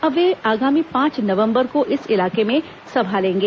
अब वे आगामी पांच नवंबर को इस इलाके में सभा लेंगे